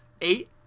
eight